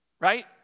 right